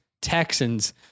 Texans